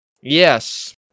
Yes